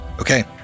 Okay